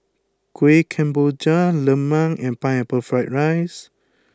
Kuih Kemboja Lemang and Pineapple Fried Rice